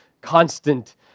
constant